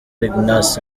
ignace